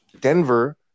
Denver